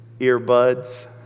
earbuds